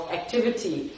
activity